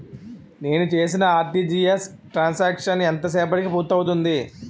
నేను చేసిన RTGS transaction ఎంత సేపటికి పూర్తి అవుతుంది?